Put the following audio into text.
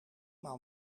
maal